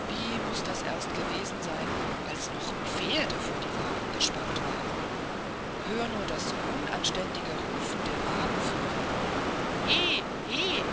wie muß das erst gewesen sein als noch pferde vor die wagen gespannt waren höre nur das unanständige rufen der wagenführer he he